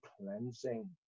cleansing